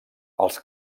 els